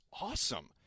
awesome